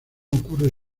ocurre